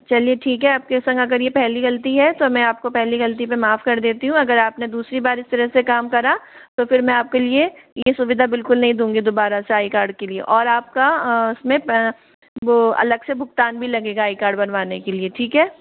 चलिए ठीक है आपके संग अगर ये पहली गलती है तो मैं आपको पहली गलती पे माफ़ कर देती हूँ अगर आपने दूसरी बार इस तरह से काम करा तो फिर मैं आपके लिए ये सुविधा बिल्कुल नहीं दूँगी दोबारा से आई कार्ड के लिए और आपका उसमें वो अलग से भुगतान भी लगेगा आई कार्ड बनवाने के लिए ठीक है